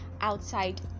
outside